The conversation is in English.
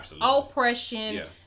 oppression